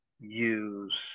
use